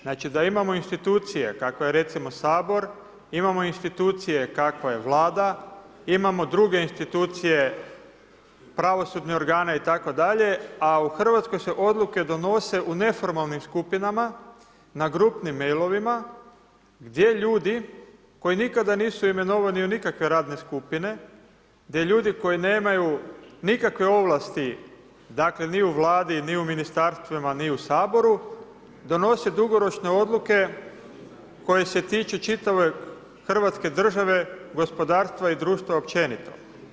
Znači da imamo institucije kakva je recimo Sabor, imamo institucije kakva je Vlada, imamo druge institucije pravosudne organe itd. a u Hrvatskoj se odluke donose u neformalnim skupinama, na grupnim mailovima gdje ljudi, koji nikada nisu imenovani u nikakve radne skupine, gdje ljudi koji nemaju nikakve ovlasti ni u Vladi, ni u ministarstvima, ni u Saboru, donose dugoročne odluke koje se tiču čitave Hrvatske države, gospodarstva i društva općenito.